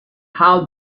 how